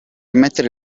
mettere